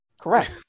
correct